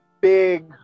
big